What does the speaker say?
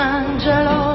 angelo